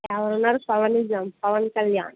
ఏమన్నారు పవనిజమ్ పవన్ కళ్యాణ్